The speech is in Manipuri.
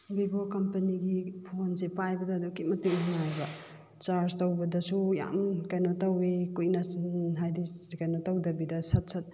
ꯚꯤꯕꯣ ꯀꯝꯄꯅꯤꯒꯤ ꯐꯣꯟꯁꯦ ꯄꯥꯏꯕꯗ ꯑꯗꯨꯛꯀꯤ ꯃꯇꯤꯛ ꯅꯨꯡꯉꯥꯏꯕ ꯆꯥꯔꯖ ꯇꯧꯕꯗꯁꯨ ꯌꯥꯝ ꯀꯩꯅꯣ ꯇꯧꯋꯦ ꯀꯨꯏꯅ ꯍꯥꯏꯗꯤ ꯀꯩꯅꯣ ꯇꯧꯗꯕꯤꯗ ꯁꯠ ꯁꯠ